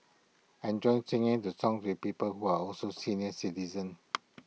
I enjoy singing the songs with people who are also senior citizens